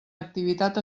activitat